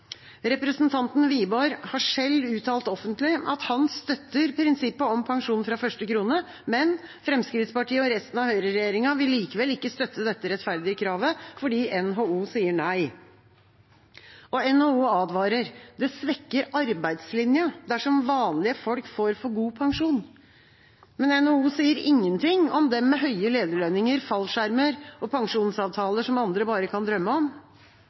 Representanten Wiborg har selv uttalt offentlig at han støtter prinsippet om pensjon fra første krone, men Fremskrittspartiet og resten av høyreregjeringa vil likevel ikke støtte dette rettferdige kravet, fordi NHO sier nei. NHO advarer – det svekker arbeidslinja dersom vanlige folk får for god pensjon. Men NHO sier ingenting om dem med høye lederlønninger, fallskjermer og pensjonsavtaler som andre bare kan drømme om.